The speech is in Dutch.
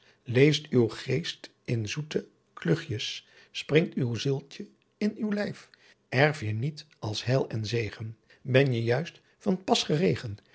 leest uw geest in zoete kluchies springt uw zieltjen in uw lijf erfje niet als heil en zegen benje juist van pas geregen